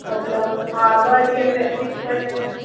मतलबु हा ॿ ॾींहंनि में अची बि वञनि